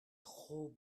trop